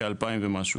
כאלפיים ומשהו.